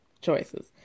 Choices